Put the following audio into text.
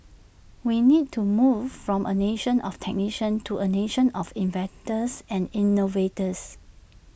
we need to move from A nation of technicians to A nation of inventors and innovators